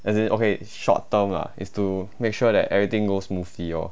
as in okay short term lah is to make sure that everything goes smoothly lor